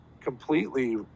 completely